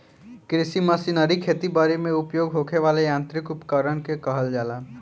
कृषि मशीनरी खेती बरी में उपयोग होखे वाला यांत्रिक उपकरण के कहल जाला